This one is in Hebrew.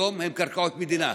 היום הן קרקעות מדינה.